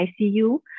ICU